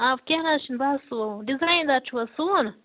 آ کیٚنٛہہ نہ حظ چھُنہٕ بہٕ حظ سُوَو ڈِزایِن دار چھُو حظ سُوُن